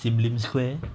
sim lim square